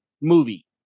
movie